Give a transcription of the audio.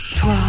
Toi